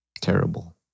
terrible